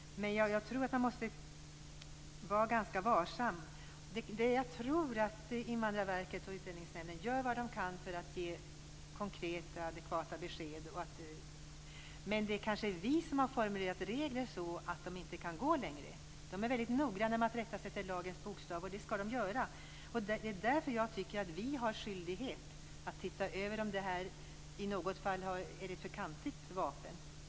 Men man måste vara ganska varsam. Jag tror att Invandrarverket och Utlänningsnämnden gör vad de kan för att ge konkreta och adekvata besked. Men det är kanske vi som har formulerat reglerna så att de inte kan gå längre. Invandrarverket och Utlänningsnämnden är väldigt noga med att se till lagens bokstav, och det skall de göra. Det är därför som jag tycker att vi har skyldighet att se över om bestämmelserna i något fall kan vara för kantiga.